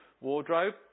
wardrobe